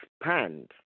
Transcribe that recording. expand